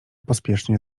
pospiesznie